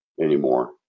anymore